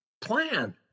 plan